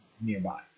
nearby